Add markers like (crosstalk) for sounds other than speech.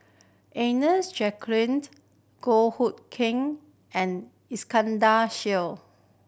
Agnes Joaquimed Goh Hood Keng and Iskandar (unintelligible)